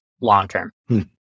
long-term